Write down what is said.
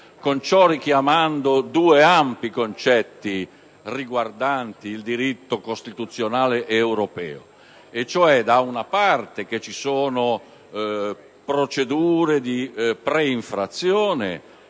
con ciò richiamando due ampi concetti riguardanti il diritto costituzionale europeo, secondo il quale, da una parte, vi sono procedure di preinfrazione